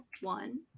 one